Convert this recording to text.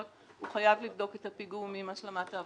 חייב לבדוק את הפיגום עם השלמת העבודה והוא